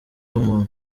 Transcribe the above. w’umuntu